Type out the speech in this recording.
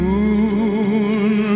Moon